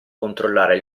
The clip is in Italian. controllare